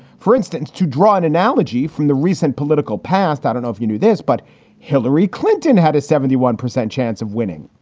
for instance, to draw an analogy from the recent political past, i don't know if you knew this, but hillary clinton had a seventy one percent chance of winning.